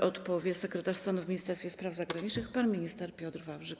odpowie sekretarz stanu w Ministerstwie Spraw Zagranicznych pan minister Piotr Wawrzyk.